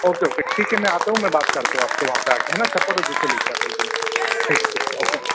okay okay ठीक है मैं आता हूँ मैं बात करता हूँ आपसे वहाँ पर आके है ना चप्पल और जूते लेके आता हूँ भैया ठीक ठीक ओके